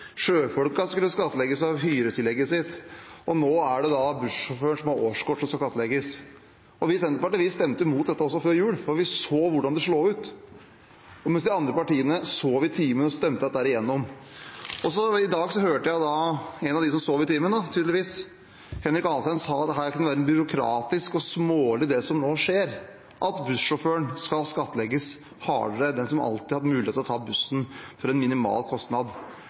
de skulle skattlegges mer i budsjettet i fjor. Sjøfolkene skulle skattlegges for hyretillegget sitt. Og nå er det bussjåføren, som har årskort som skal skattlegges. Vi i Senterpartiet stemte mot dette også før jul, for vi så hvordan det slo ut, mens de andre partiene sov i timen og stemte dette igjennom. I dag hørte jeg en av dem som sov i timen, tydeligvis. Henrik Asheim sa at det kunne være byråkratisk og smålig, det som nå skjer, at bussjåføren, som alltid har hatt mulighet til å ta bussen for en minimal kostnad,